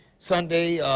sunday,